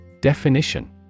Definition